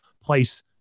place